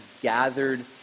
gathered